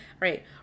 right